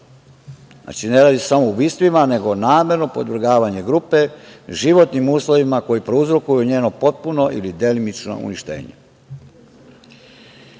Znači, ne radi se samo o ubistvima nego o namerno podvrgavanju grupe životnim uslovima koji prouzrokuju njeno potpuno ili delimično uništenje.